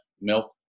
milk